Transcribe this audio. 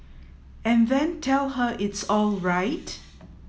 and then tell her it's alright